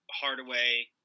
Hardaway